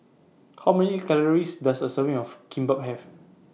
How Many Calories Does A Serving of Kimbap Have